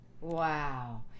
Wow